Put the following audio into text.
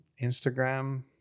Instagram